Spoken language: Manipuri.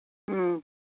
ꯎꯝ